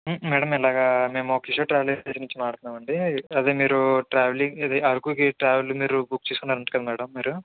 madam ఇలాగా మేము Kishore travel agency నుంచి మాట్లాడుతున్నామండి అదే మీరు ట్రావెలింగ్ ఇది అరకుకి ట్రావెల్ మీరు బుక్ చేసుకున్నారంటగా మేడం మీరు